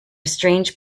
strange